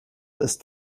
ist